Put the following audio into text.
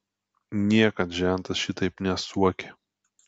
niekad žentas šitaip nesuokė